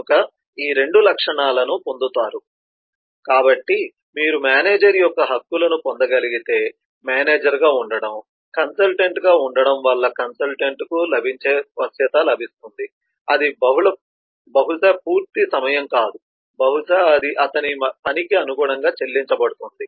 కనుక ఈ రెండు లక్షణాలను పొందుతుంది కాబట్టి మీరు మేనేజర్ యొక్క హక్కులను పొందగలిగితే మేనేజర్గా ఉండటం కన్సల్టెంట్గా ఉండటం వల్ల కన్సల్టెంట్కు లభించే అనువుగా లభిస్తుంది అది బహుశా పూర్తి సమయం కాదు బహుశా అది అతని పనికి అనుగుణంగా చెల్లించబడుతుంది